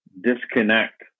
disconnect